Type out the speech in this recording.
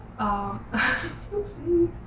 Oopsie